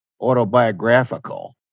autobiographical